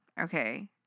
Okay